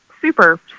super